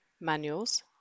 manuals